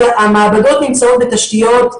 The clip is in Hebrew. המעבדות נמצאות בתשתיות,